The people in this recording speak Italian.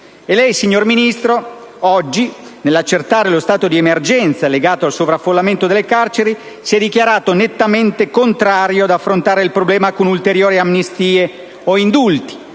E lei, signor Ministro, oggi, nell'accertare lo stato di emergenza legato al sovraffollamento delle carceri, si è dichiarato nettamente contrario ad affrontare il problema con ulteriori amnistie o indulti,